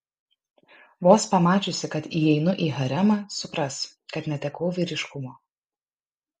vos pamačiusi kad įeinu į haremą supras kad netekau vyriškumo